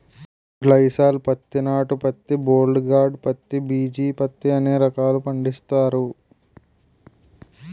గ్లైసాల్ పత్తి నాటు పత్తి బోల్ గార్డు పత్తి బిజీ పత్తి అనే రకాలు పండిస్తారు